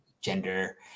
gender